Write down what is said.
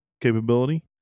capability